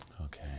Okay